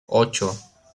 ocho